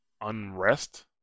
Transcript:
Unrest